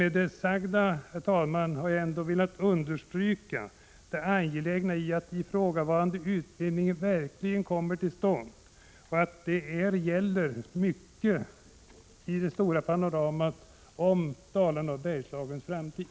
Med det sagda, herr talman, har jag ändå velat understryka det angelägna i att i frågavarande utbildning verkligen kommer till stånd och att detta är något mycket viktigt i det stora panoramat över Dalarnas och Bergslagens framtid.